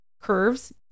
curves